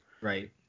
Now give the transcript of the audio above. right